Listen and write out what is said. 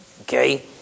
Okay